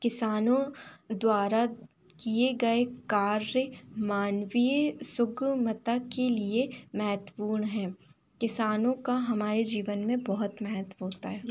किसानों द्वारा किए गए कार्य मानवीय सुकमता की लिए महत्वपूर्ण हैं किसानों का हमारे जीवन में बहुत महत्व होता है